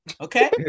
Okay